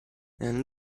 and